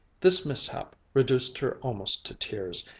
this mishap reduced her almost to tears,